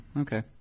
okay